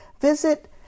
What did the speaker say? visit